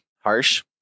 harsh